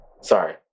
Sorry